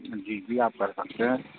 जी जी हाँ पहचानते बताते हैं